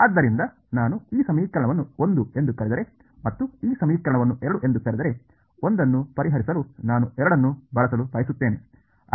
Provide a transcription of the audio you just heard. ಆದ್ದರಿಂದ ನಾನು ಈ ಸಮೀಕರಣವನ್ನು 1 ಎಂದು ಕರೆದರೆ ಮತ್ತು ಈ ಸಮೀಕರಣವನ್ನು 2 ಎಂದು ಕರೆದರೆ 1 ಅನ್ನು ಪರಿಹರಿಸಲು ನಾನು 2 ಅನ್ನು ಬಳಸಲು ಬಯಸುತ್ತೇನೆ